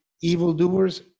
evildoers